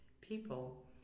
people